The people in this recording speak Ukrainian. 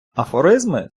афоризми